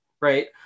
right